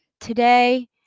Today